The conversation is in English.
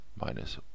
minus